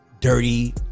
dirty